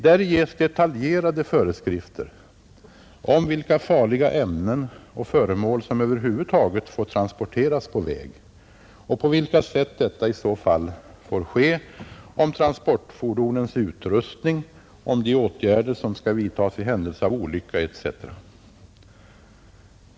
Däri ges detaljerade föreskrifter om vilka farliga ämnen och föremål som över huvud taget får transporteras på väg och på vilka sätt detta i så fall får ske, om transportfordonens utrustning, om de åtgärder som skall vidtas i händelse av olycka etc.